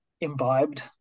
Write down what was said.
imbibed